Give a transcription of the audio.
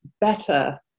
better